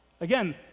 Again